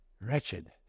wretched